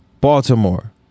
Baltimore